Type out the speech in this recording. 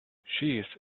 cheese